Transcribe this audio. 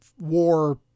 war